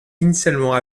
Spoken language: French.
initialement